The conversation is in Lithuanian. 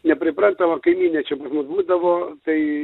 nepripranta va kaimynė čia pas mus būdavo tai